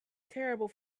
terrible